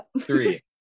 Three